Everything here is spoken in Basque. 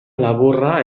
laburra